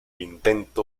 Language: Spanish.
intento